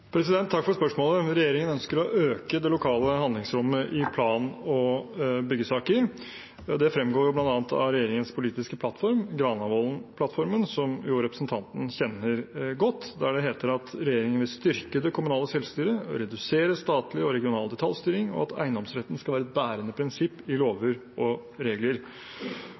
Takk for spørsmålet. Regjeringen ønsker å øke det lokale handlingsrommet i plan- og byggesaker. Det fremgår bl.a. av regjeringens politiske plattform, Granavolden-plattformen, som jo representanten kjenner godt, der det heter at regjeringen vil styrke det kommunale selvstyret og redusere statlig og regional detaljstyring, og at eiendomsretten skal være et bærende prinsipp i lover og regler.